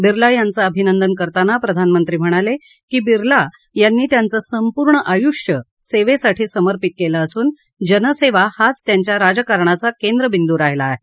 बिर्ला यांचं अभिनंदन करताना प्रधानमंत्री म्हणाले की बिर्ला यांनी त्यांचं संपूर्ण आयुष्य सेवेसाठी समर्पित केलं असून जनसेवा हाच त्यांच्या राजकारणाचा केंद्रबिंदू राहिला आहे